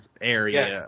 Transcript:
area